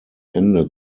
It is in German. ende